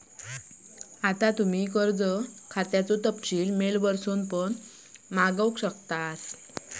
आता तुम्ही कर्ज खात्याचो तपशील मेल वरसून पण मागवू शकतास